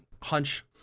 hunch